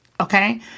Okay